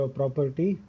property